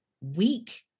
weak